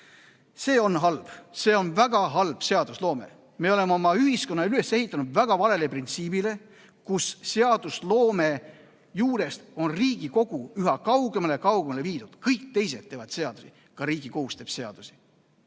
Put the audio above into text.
See on halb, see on väga halb seadusloome. Me oleme oma ühiskonna üles ehitanud väga valele printsiibile, kus seadusloome juurest on Riigikogu üha kaugemale ja kaugemale viidud. Kõik teised teevad seadusi, ka Riigikohus teeb seadusi